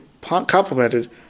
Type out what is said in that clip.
complemented